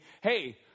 Hey